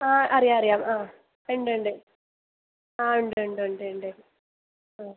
ആ അറിയാം അറിയാം ആ ഉണ്ട് ഉണ്ട് ആ ഉണ്ട് ഉണ്ട് ഉണ്ട് ഉണ്ട് ആ